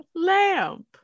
lamp